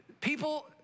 People